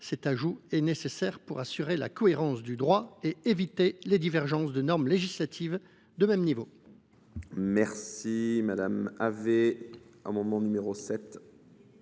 Cet ajout est nécessaire pour assurer la cohérence du droit et éviter les divergences de normes législatives de même niveau.